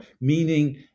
meaning